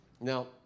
Now